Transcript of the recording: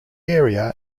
area